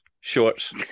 shorts